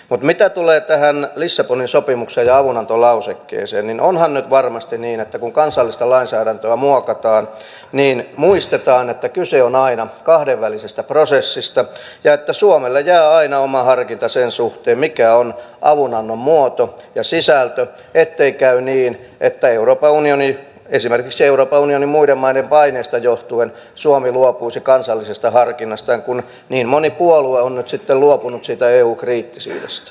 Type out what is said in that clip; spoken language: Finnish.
mutta mitä tulee tähän lissabonin sopimukseen ja avunantolausekkeeseen niin onhan nyt varmasti niin että kun kansallista lainsäädäntöä muokataan niin muistetaan että kyse on aina kahdenvälisestä prosessista ja että suomelle jää aina oma harkinta sen suhteen mikä on avunannon muoto ja sisältö ettei käy niin että esimerkiksi euroopan unionin muiden maiden paineesta johtuen suomi luopuisi kansallisesta harkinnastaan kun niin moni puolue on nyt sitten luopunut siitä eu kriittisyydestään